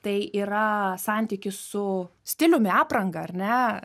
tai yra santykis su stiliumi apranga ar ne